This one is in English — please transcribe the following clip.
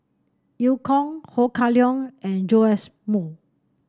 Eu Kong Ho Kah Leong and Joash Moo